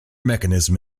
mechanism